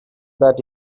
that